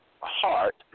heart